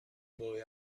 boy